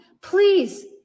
please